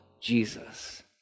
Jesus